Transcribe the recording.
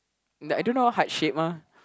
n~ I don't know heart shape ah